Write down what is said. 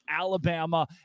Alabama